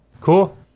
Cool